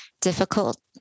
difficult